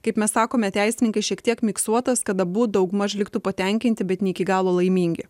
kaip mes sakome teisininkai šiek tiek miksuotas kad abu daugmaž liktų patenkinti bet ne iki galo laimingi